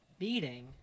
meeting